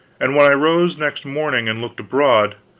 and when i rose next morning and looked abroad,